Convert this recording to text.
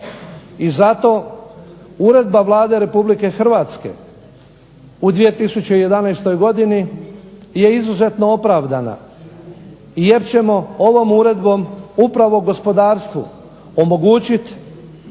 i zato uredba Vlade Republike Hrvatske u 2011. godini je izuzetno opravdana jer ćemo ovom uredbom upravo gospodarstvu omogućiti